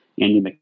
Andy